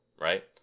right